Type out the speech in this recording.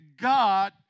God